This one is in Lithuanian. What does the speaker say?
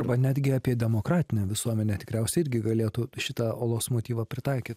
arba netgi apie demokratinę visuomenę tikriausiai irgi galėtų šitą olos motyvą pritaikyt